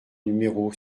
numéro